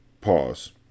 Pause